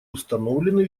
установлены